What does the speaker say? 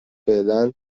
فعلا